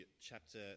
chapter